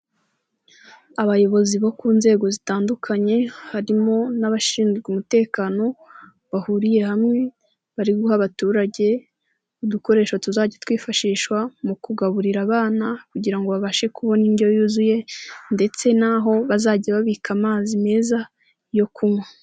Abayobozi bo ku nzego zitandukanye, harimo n'abashinzwe umutekano, bahuriye hamwe, bari guha abaturage udukoresho tuzajya twifashishwa mu kugaburira abana, kugira ngo babashe kubona indyo yuzuye ndetse n'aho bazajya babika amazi meza yo kunywa.